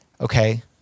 okay